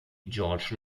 george